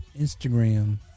Instagram